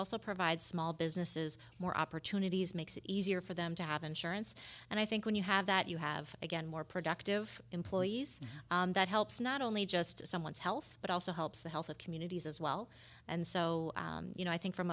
also provides small businesses more opportunities makes it easier for them to have insurance and i think when you have that you have again more productive employees that helps not only just someone's health but also helps the health of communities as well and so you know i think from